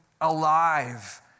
alive